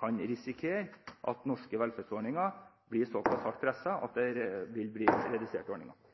kan risikere at norske velferdsordninger blir såpass hardt presset at det